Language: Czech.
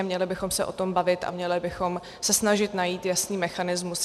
Měli bychom se o tom bavit a měli bychom se snažit najít jasný mechanismus.